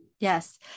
Yes